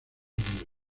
unidos